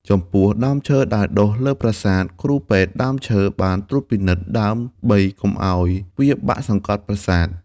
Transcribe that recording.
ចំពោះដើមឈើដែលដុះលើប្រាសាទ គ្រូពេទ្យដើមឈើបានត្រួតពិនិត្យដើម្បីកុំឱ្យវាបាក់សង្កត់ប្រាសាទ។